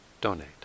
donate